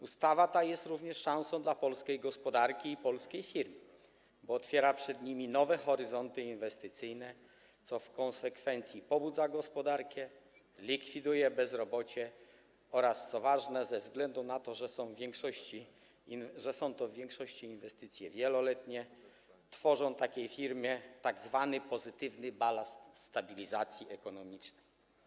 Ustawa ta jest również szansą dla polskiej gospodarki i polskich firm, bo otwiera przed nimi nowe horyzonty inwestycyjne, co w konsekwencji pobudza gospodarkę, likwiduje bezrobocie oraz, co ważne, ze względu na to, że są to w większości inwestycje wieloletnie, tworzy takiej firmie tzw. pozytywny balast stabilizacji ekonomicznej.